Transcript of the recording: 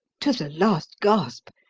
to the last gasp.